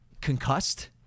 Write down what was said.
concussed